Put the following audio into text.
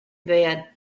bed